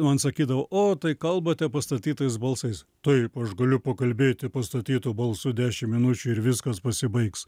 man sakydavo o tai kalbate pastatytais balsais taip aš galiu pakalbėti pastatytu balsu dešim minučių ir viskas pasibaigs